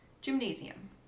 Gymnasium